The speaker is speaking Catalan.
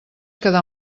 quedar